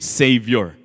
savior